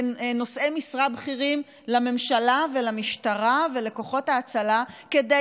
ונושאי משרה בכירים לממשלה ולמשטרה ולכוחות ההצלה כדי